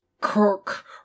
Cook